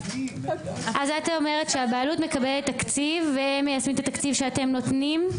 אז את אומרת שהבעלות מקבלת תקציב והם מיישמים את התקציב שאתם נותנים?